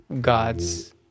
God's